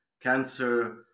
cancer